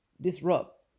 disrupt